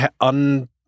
un